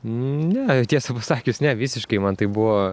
ne tiesą pasakius ne visiškai man tai buvo